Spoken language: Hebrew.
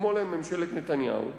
כמו לממשלת נתניהו,